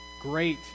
great